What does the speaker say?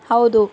ಹೌದು